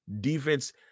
Defense